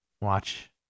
watch